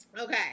okay